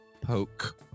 poke